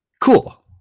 cool